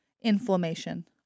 inflammation